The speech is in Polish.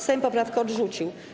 Sejm poprawkę odrzucił.